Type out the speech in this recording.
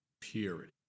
purity